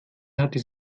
hat